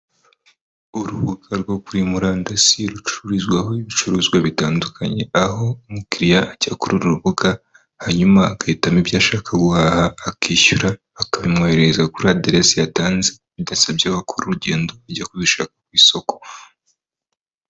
Urubuga rwo kuri murandasi, rucururizwaho ibicuruzwa bitandukanye, aho umukiriya ajya kuri uru rubuga, hanyuma agahitamo ibyo ashaka guhaha akishyura, bakabimwoherereza kuri aderesi yatanze, bidasabye gukora urugendo ajya kubishaka ku isoko.